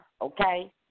okay